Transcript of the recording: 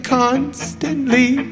constantly